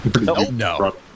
No